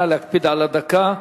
נא להקפיד על הדקה.